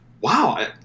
Wow